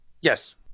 yes